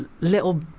little